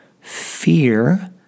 fear